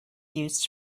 used